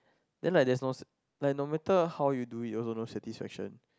then like there's no s~ like no matter how you do it also no satisfaction